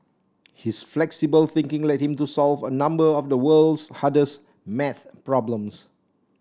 his flexible thinking led him to solve a number of the world's hardest math problems